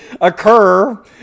occur